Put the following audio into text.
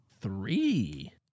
three